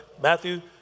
Matthew